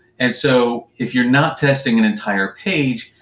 and so if you're not testing an entire page,